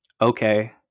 Okay